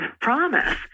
promise